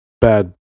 bad